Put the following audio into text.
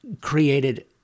created